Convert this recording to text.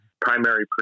primary